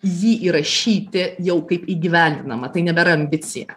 jį įrašyti jau kaip įgyvendinamą tai nebėra ambicija